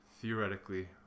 theoretically